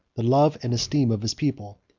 the love and esteem of his people.